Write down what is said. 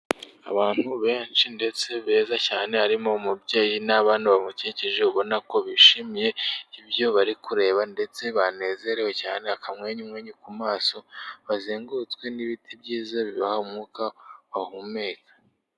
Abantu benshi ndetse beza cyane, harimo umubyeyi n'abana bamukikije, ubona ko bishimiye ibyo bari kureba, ndetse banezerewe cyane, akamwenyumwenyu ku maso, bazengurutswe n'ibiti byiza bibaha umwuka bahumeka.